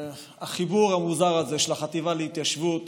החיבור המוזר הזה של החטיבה להתיישבות